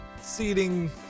seating